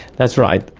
that's right,